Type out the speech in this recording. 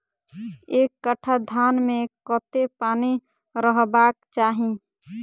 एक कट्ठा धान मे कत्ते पानि रहबाक चाहि?